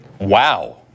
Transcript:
Wow